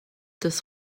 das